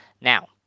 Now